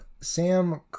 Sam